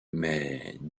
mais